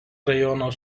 rajono